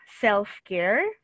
self-care